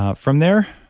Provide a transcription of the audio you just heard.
ah from there,